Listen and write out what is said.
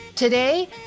Today